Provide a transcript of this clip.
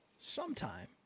sometime